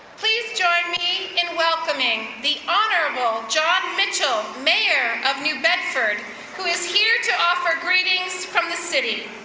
please join me in welcoming, the honorable jon mitchell, mayor of new bedford who is here to offer greetings from the city.